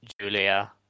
Julia